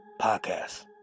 Podcast